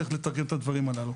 איך לתרגם את הדברים הללו.